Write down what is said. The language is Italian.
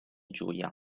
gioia